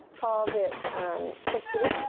calls it shottsuru,